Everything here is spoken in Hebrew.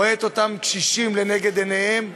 רואה את אותם קשישים לנגד עיניו,